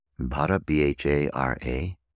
Bhara-B-H-A-R-A